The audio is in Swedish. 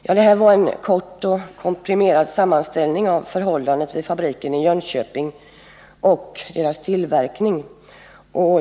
Ja, det här var en kort och komprimerad sammanställning av förhållandena vid fabriken i Jönköping och dess tillverkning.